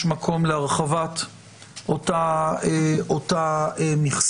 יש מקום להרחבת אותה מכסה.